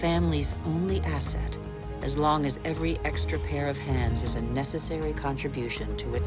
family's only asset as long as every extra pair of hands is a necessary contribution to it